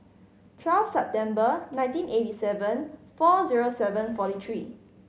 twelve September nineteen eighty seven four zero seven forty three